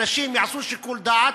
אנשים יעשו שיקול דעת,